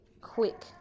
quick